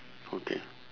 okay